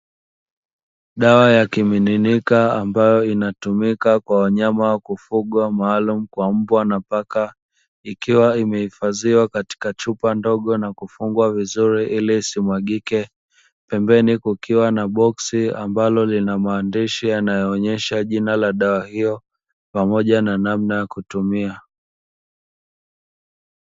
Dawa ya kimiminika ambayo inatumika kwa wanyama wa kufugwa maalumu kwa mbwa na paka, ikiwa imeifadhiwa katika chupa ndogo na kufungwa vizuri iliisimwagike pembeni kukiwa na boksi ambalo lina maandishai yanayoonesha jina la dawa hiyo pamoja na namna ya kutumia.